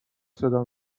صدا